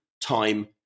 time